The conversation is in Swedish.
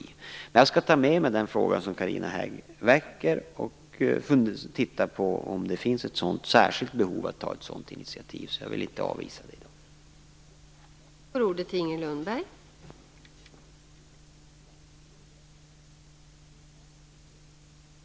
Jag skall ta med mig den fråga som Carina Hägg ställer, och titta på om det finns ett särskilt behov av att ta ett sådant initiativ. Jag vill alltså inte avvisa det i dag.